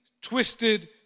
twisted